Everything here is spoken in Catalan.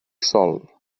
sol